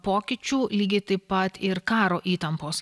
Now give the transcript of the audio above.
pokyčių lygiai taip pat ir karo įtampos